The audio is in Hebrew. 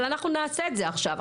אבל אנחנו נעשה את זה עכשיו.